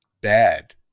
bad